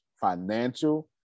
Financial